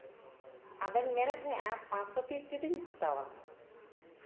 ᱟᱫᱚᱧ ᱢᱮᱱᱫᱟ ᱯᱟᱸᱥᱥᱚ ᱯᱤᱥ ᱡᱚᱫᱤᱧ ᱦᱟᱛᱟᱣᱟ